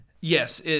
yes